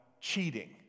cheating